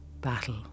Battle